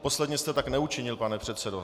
Posledně jste tak neučinil, pane předsedo.